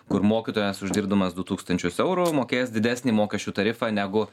kur mokytojas uždirbdamas du tūkstančius eurų mokės didesnį mokesčių tarifą negu